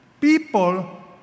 People